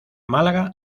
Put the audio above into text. málaga